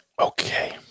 Okay